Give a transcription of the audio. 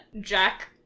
Jack